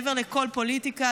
מעבר לכל פוליטיקה.